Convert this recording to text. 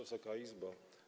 Wysoka Izbo!